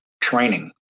training